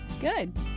Good